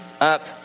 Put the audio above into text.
up